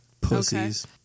Pussies